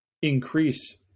increase